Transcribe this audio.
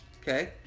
okay